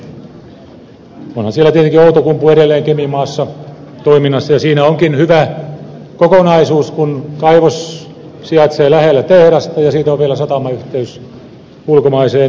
onhan siellä tietenkin outokumpu edelleen keminmaassa toiminnassa ja siinä onkin hyvä kokonaisuus kun kaivos sijaitsee lähellä tehdasta ja siitä on vielä satamayhteys ulkomaiseen vientiin